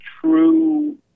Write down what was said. true